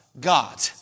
God